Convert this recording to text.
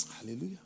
Hallelujah